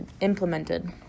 implemented